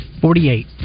Forty-eight